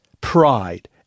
pride